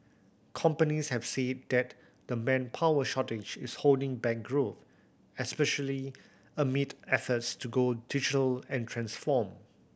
companies have said that the manpower shortage is holding back growth especially amid efforts to go digital and transform